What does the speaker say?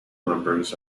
numbers